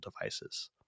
devices